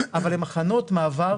אבל למחנות מעבר